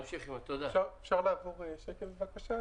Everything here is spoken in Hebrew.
אפשר לעבור שקף בבקשה.